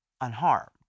unharmed